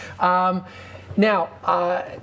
Now